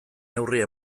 neurria